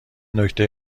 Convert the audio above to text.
نکته